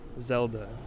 Zelda